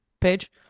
page